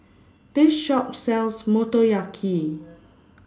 This Shop sells Motoyaki